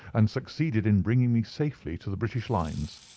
and succeeded in bringing me safely to the british lines.